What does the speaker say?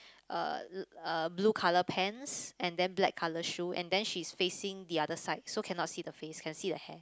uh uh blue colour pants and then black colour shoes and then she is facing the other side so cannot see the face can see the hair